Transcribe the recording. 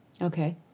Okay